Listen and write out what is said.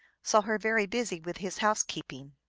saw her very busy with his housekeeping.